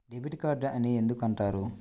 Debit card అని ఎందుకు అంటారు?